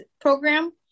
program